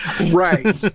Right